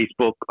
Facebook